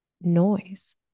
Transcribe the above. noise